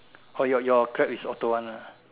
oh your your Grab is auto one ah